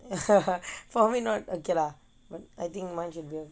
for me not okay lah I think basic